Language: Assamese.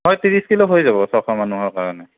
হয় ত্ৰিছ কিলো হৈ যাব ছশ মানুহৰ কাৰণে